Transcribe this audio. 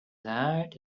heart